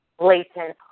Layton